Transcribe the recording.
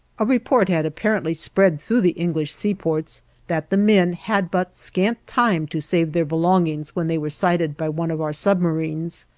a report had apparently spread through the english seaports that the men had but scant time to save their belongings when they were sighted by one of our submarines,